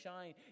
shine